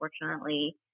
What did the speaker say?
unfortunately